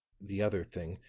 the other thing,